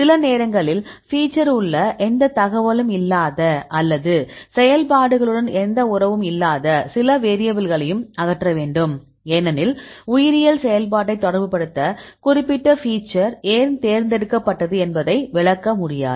சில நேரங்களில் ஃபீச்சர் உள்ள எந்த தகவலும் இல்லாத அல்லது செயல்பாடுகளுடன் எந்த உறவும் இல்லாத சில வேரியபில்களையும் அகற்ற வேண்டும் ஏனெனில் உயிரியல் செயல்பாட்டை தொடர்புபடுத்த குறிப்பிட்ட ஃபீச்சர் ஏன் தேர்ந்தெடுக்கப்பட்டது என்பதை விளக்க முடியாது